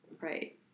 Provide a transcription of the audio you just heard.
right